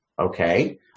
okay